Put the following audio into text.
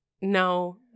no